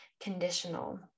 conditional